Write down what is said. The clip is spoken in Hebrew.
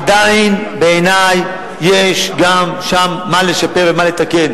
עדיין בעיני יש גם שם מה לשפר ומה לתקן.